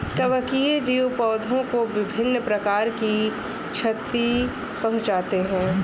कवकीय जीव पौधों को विभिन्न प्रकार की क्षति पहुँचाते हैं